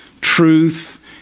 truth